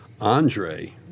Andre